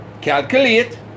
calculate